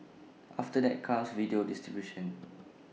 after that comes video distribution